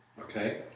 Okay